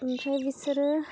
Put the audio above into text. ओमफ्राय बिसोरो